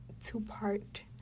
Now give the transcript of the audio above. two-part